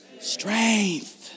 strength